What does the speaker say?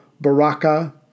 Baraka